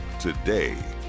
today